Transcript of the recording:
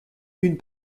une